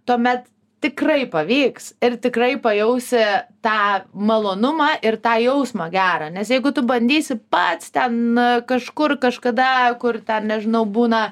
tuomet tikrai pavyks ir tikrai pajausi tą malonumą ir tą jausmą gerą nes jeigu tu bandysi pats ten kažkur kažkada kur ten nežinau būna